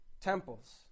temples